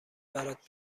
برات